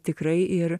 tikrai ir